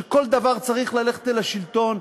שכל דבר צריך ללכת אל השלטון,